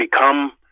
become